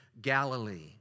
Galilee